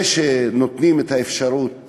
זה שנותנים את האפשרות